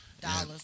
dollars